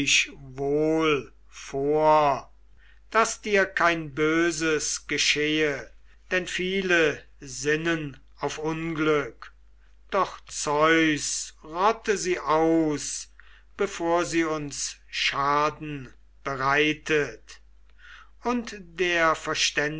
wohl vor daß dir kein böses geschehe denn viele sinnen auf unglück doch zeus rotte sie aus bevor sie uns schaden bereitet und der